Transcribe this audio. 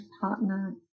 partner